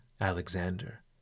Alexander